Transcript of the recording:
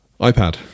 iPad